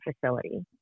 facility